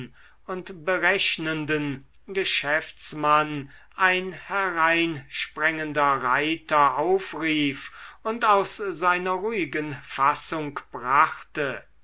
und berechnenden geschäftsmann ein hereinsprengender reiter aufrief und aus seiner ruhigen fassung brachte